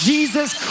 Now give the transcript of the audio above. Jesus